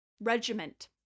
regiment